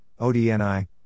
ODNI